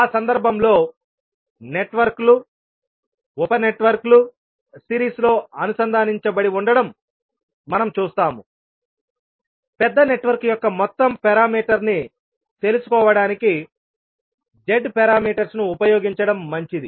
ఆ సందర్భంలో నెట్వర్క్లు ఉప నెట్వర్క్లు సిరీస్లో అనుసంధానించబడి ఉండడం మనం చూస్తాముపెద్ద నెట్వర్క్ యొక్క మొత్తం పారామీటర్ ని తెలుసుకోవడానికి z పారామీటర్స్ ను ఉపయోగించడం మంచిది